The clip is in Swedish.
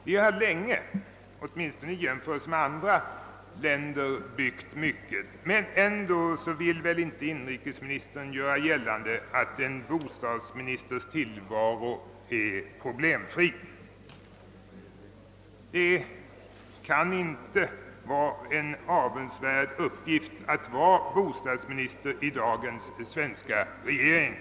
Vi har länge byggt mycket — åtminstone i jämförelse med andra länder — men ändå vill väl inrikesministern inte göra gällande att en bostadsministers tillvaro är problemfri. Det kan inte vara någon avundsvärd uppgift att vara bostadsminister i dagens svenska regering.